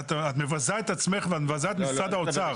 את מבזה את עצמך ואת מבזה את משרד האוצר.